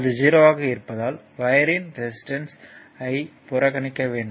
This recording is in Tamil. அது 0 யாக இருப்பதால் ஒயர்யின் ரெசிஸ்டன்ஸ் ஐ புறக்கணிக்க வேண்டும்